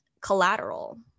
collateral